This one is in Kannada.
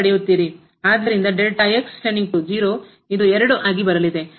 ಆದ್ದರಿಂದ ಇದು 2 ಆಗಿ ಬರಲಿದೆ